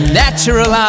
natural